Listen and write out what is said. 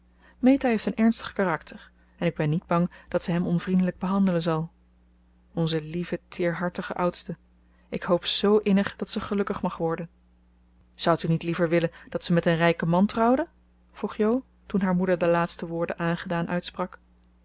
meta heeft een ernstig karakter en ik ben niet bang dat ze hem onvriendelijk behandelen zal onze lieve teerhartige oudste ik hoop zoo innig dat ze gelukkig mag worden zoudt u niet liever willen dat ze met een rijken man trouwde vroeg jo toen haar moeder de laatste woorden aangedaan uitsprak